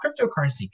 cryptocurrency